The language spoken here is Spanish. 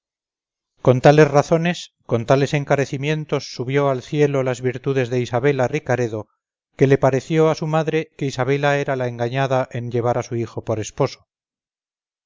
con tales razones con tales encarecimientos subió al cielo las virtudes de isabela ricaredo que le pareció a su madre que isabela era la engañada en llevar a su hijo por esposo